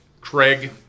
Craig